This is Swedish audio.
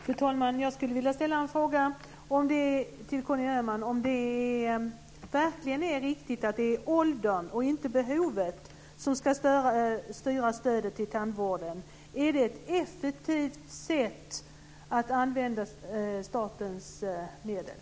Fru talman! Jag skulle vilja ställa en fråga till Conny Öhman om det verkligen är riktigt att det är åldern och inte behovet som ska styra stödet till tandvården? Är det ett effektivt sätt att använda statens medel?